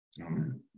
Amen